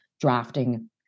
drafting